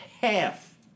Half